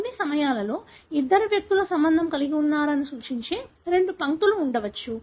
కొన్ని సమయాల్లో ఈ ఇద్దరు వ్యక్తులు సంబంధం కలిగి ఉన్నారని సూచించే రెండు పంక్తులు ఉండవచ్చు